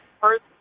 first